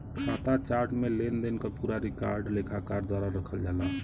खाता चार्ट में लेनदेन क पूरा रिकॉर्ड लेखाकार द्वारा रखल जाला